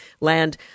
land